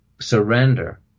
surrender